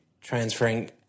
transferring